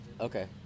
Okay